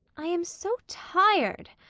i am so tired!